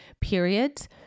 periods